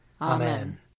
Amen